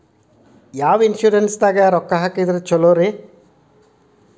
ಯಾವ ಇನ್ಶೂರೆನ್ಸ್ ದಾಗ ರೊಕ್ಕ ಹಾಕಿದ್ರ ಛಲೋರಿ?